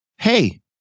hey